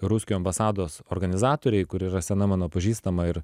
ruskių ambasados organizatorei kuri yra sena mano pažįstama ir